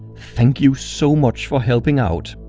thank you so much for helping out.